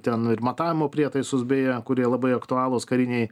ten ir matavimo prietaisus beje kurie labai aktualūs karinėj